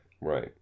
right